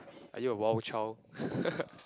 are you a wild child